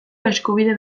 eskubide